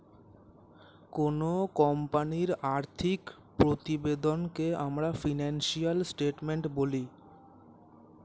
কোনো কোম্পানির আর্থিক প্রতিবেদনকে আমরা ফিনান্সিয়াল স্টেটমেন্ট বলি